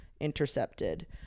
intercepted